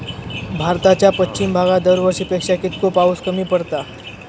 भारताच्या पश्चिम भागात दरवर्षी पेक्षा कीतको पाऊस कमी पडता?